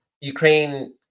Ukraine